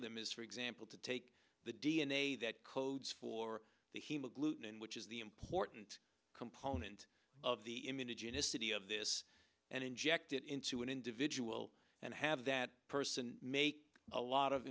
of them is for example to take the d n a that codes for the hema gluten which is the important component of the emitted unicity of this and inject it into an individual and have that person make a lot of